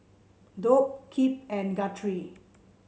Dolph Kip and Guthrie